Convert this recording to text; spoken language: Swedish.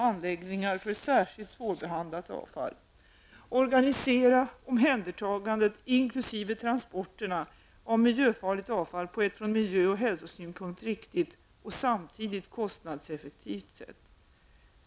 anläggningar för särskilt svårbehandlat avfall, transporterna av miljöfarligt avfall på ett från miljö och hälsosynpunkt riktigt och samtidigt kostnadseffektivt sätt.